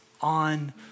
on